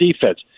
defense